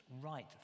right